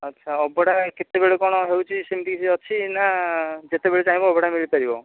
ଆଚ୍ଛା ଅବଢ଼ା କେତେବେଳେ କ'ଣ ହେଉଛି ସେମିତି କିଛି ଅଛି ନା ଯେତେବେଳେ ଚାହିଁବ ଅବଢ଼ା ମିଳିପାରିବ